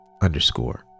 underscore